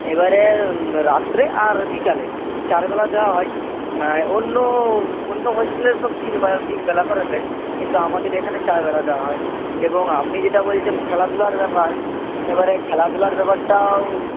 এবারে রাত্রে আর বিকালে চার বেলা দেওয়া হয় নয় অন্য অন্য হোস্টেলে সব তিন বার তিন বেলা করে দেয় কিন্তু আমাদের এখানে চার বেলা দেওয়া হয় এবং আপনি যেটা বলছেন খেলাধুলার ব্যাপার এবারে খেলাধুলার ব্যাপারটাও